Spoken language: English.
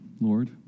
Lord